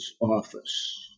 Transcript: office